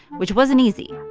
which wasn't easy.